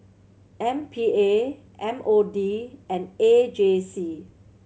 M P A M O D and A J C